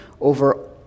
over